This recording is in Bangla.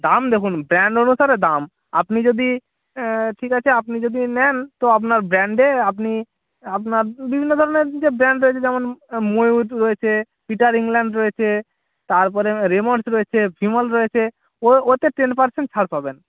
দাম দেখুন ব্র্যান্ড অনুসারে দাম আপনি যদি ঠিক আছে আপনি যদি নেন তো আপনার ব্র্যান্ডে আপনি আপনার বিভিন্ন ধরনের যে ব্র্যান্ড রয়েছে যেমন ময়ূর রয়েছে পিটার ইংল্যান্ড রয়েছে তারপরে রেমন্ডস রয়েছে ভিমল রয়েছে ও ওতে টেন পার্সেন্ট ছাড় পাবেন